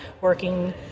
working